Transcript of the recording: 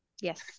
Yes